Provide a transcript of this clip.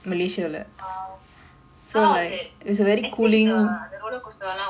!wow! how was it actually is the um roller coaster now open uh